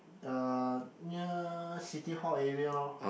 uh near City-Hall area lor